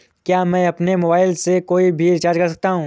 क्या मैं अपने मोबाइल से कोई भी रिचार्ज कर सकता हूँ?